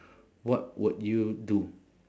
what would you do